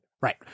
Right